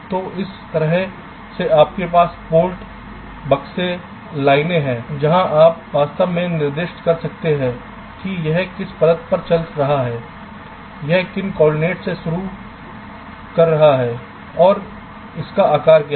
तो इस तरह से आपके पास पोर्ट बक्से लाइनों हैं जहां आप वास्तव में निर्दिष्ट कर सकते हैं कि यह किस परत पर चल रहा है यह किंन कोआर्डिनेट से शुरू कर रहा है और इसका आकार क्या है